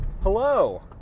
Hello